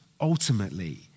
ultimately